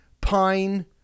Pine